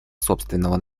собственного